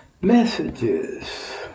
messages